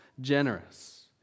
generous